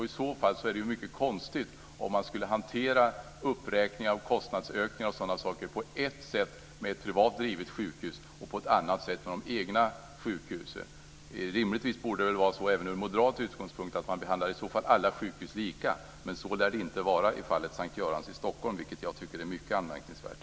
I så fall är det mycket konstigt, om man skulle hantera uppräkning av kostnader på ett sätt för ett privat drivet sjukhus och på ett annat sätt för de egna sjukhusen. Rimligtvis borde man även med moderat utgångspunkt behandla alla sjukhus lika. Så lär det inte vara i fallet S:t Göran i Stockholm, vilket jag tycker är mycket anmärkningsvärt.